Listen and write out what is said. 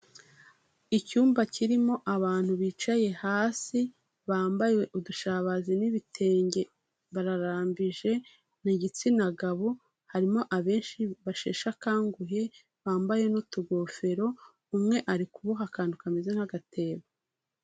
Icyumba kirimo abantu bicaye hasi, bambaye udushabazi n'ibitenge bararambije, ni igitsina gabo. Harimo abenshi basheshe akanguhe bambaye n'utugofero, umwe ari kuboha akantu kameze nk'agatebo.